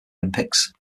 olympics